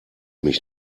mich